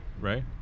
right